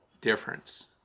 difference